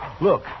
Look